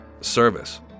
service